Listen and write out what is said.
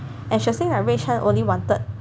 and she was saying like Rui Shan only wanted